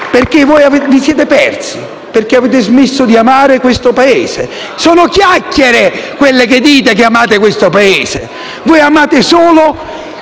fare! Voi vi siete persi, perché avete smesso di amare questo Paese. Sono chiacchiere quelle che dite quando dichiarate di amare questo Paese. Voi amate solo